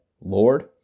Lord